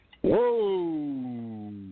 Whoa